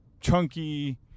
chunky